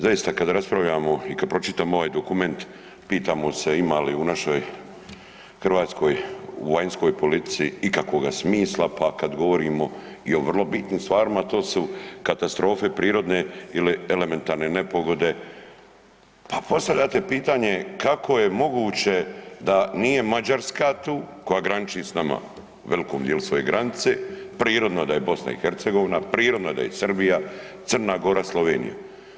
Zaista kada raspravljamo i kad pročitamo ovaj dokument, pitamo se imali u našoj Hrvatskoj, u vanjskoj politici ikakvoga smisla pa kad govorimo i o vrlo bitnim stvarima a to su katastrofe prirodne ili elementarne nepogode, pa postavljate pitanje kako je moguće da nije Mađarska tu, koja graniči s nama, u velikom djelu svoje granice, prirodno da je BiH, prirodno da je Srbija, C. Gora, Slovenija.